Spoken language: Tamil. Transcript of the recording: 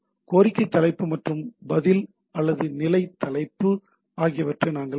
கோரிக்கை தலைப்பு மற்றும் பதில் அல்லது நிலை தலைப்பு ஆகியவற்றை நாங்கள் கண்டோம்